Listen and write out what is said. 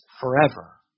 forever